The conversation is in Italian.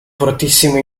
fortissimo